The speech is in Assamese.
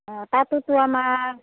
অ তাতোতো আমাৰ